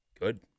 Good